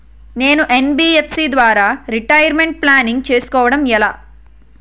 నేను యన్.బి.ఎఫ్.సి ద్వారా retirement planning చేసుకోవడం ఎలా?